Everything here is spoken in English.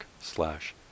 slash